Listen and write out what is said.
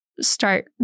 start